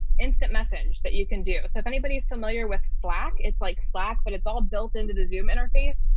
instant message that you can do. so if anybody's familiar with slack, it's like slack, but it's all built into the zoom interface.